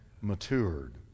matured